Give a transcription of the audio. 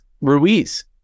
Ruiz